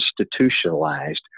institutionalized